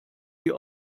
die